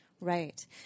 right